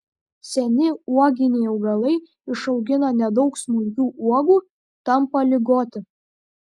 seni uoginiai augalai išaugina nedaug smulkių uogų tampa ligoti